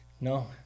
no